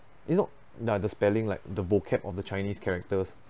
you know ya the spelling like the vocab of the chinese characters